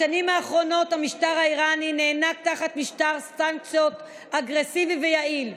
בשנים האחרונות המשטר האיראני נאנק תחת משטר סנקציות אגרסיבי ויעיל,